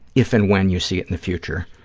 if and when you see it in the future.